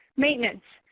maintenance.